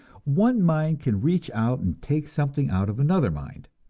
one mind can reach out and take something out of another mind,